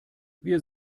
wir